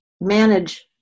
manage